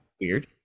weird